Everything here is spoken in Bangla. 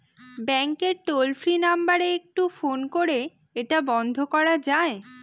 ব্যাংকের টোল ফ্রি নাম্বার একটু ফোন করে এটা বন্ধ করা যায়?